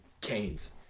Canes